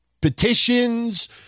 petitions